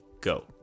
go